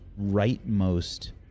rightmost